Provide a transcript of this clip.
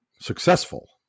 successful